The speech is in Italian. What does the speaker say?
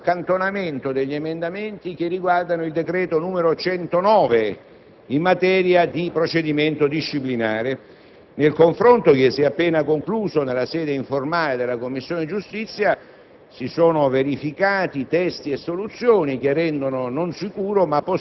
altresì, signor Presidente, l'accantonamento degli emendamenti che riguardano il decreto n. 109 in materia di procedimento disciplinare. Nel confronto che si è appena concluso, nella sede informale della Commissione giustizia,